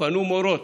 פנו מורות